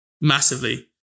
massively